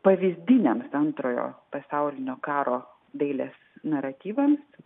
pavyzdiniams antrojo pasaulinio karo dailės naratyvams